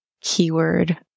keyword